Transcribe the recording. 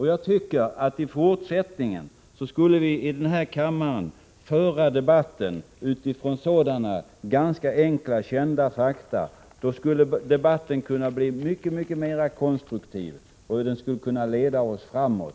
Jag tycker att vi i fortsättningen borde föra debatten i den här kammaren utifrån sådana ganska enkla kända fakta. Då skulle debatten kunna bli mycket mer konstruktiv, och den skulle kunna leda landet framåt.